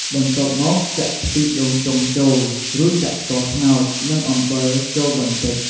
បន្ទាប់មកចាក់ ខ្ទិះដូងចុងចូល រួចដាក់ស្ករត្នោត និងអំបិលចូលបន្តិច។